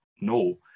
no